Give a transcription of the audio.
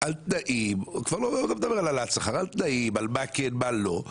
על תנאים כבר לא מדבר על העלאת שכר על מה כן ומה לא,